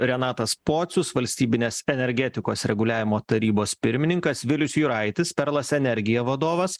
renatas pocius valstybinės energetikos reguliavimo tarybos pirmininkas vilius juraitis perlas energija vadovas